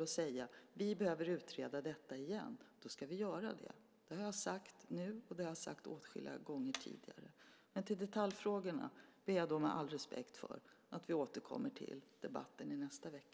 att säga att vi behöver utreda detta igen så ska vi göra det. Det har jag sagt nu, och det har jag sagt åtskilliga gånger tidigare. Men när det gäller detaljfrågorna ber jag, med all respekt, att vi återkommer till dem i debatten i nästa vecka.